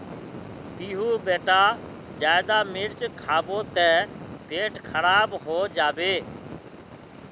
पीहू बेटा ज्यादा मिर्च खाबो ते पेट खराब हों जाबे